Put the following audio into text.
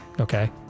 Okay